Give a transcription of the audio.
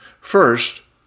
First